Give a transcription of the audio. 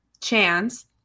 chance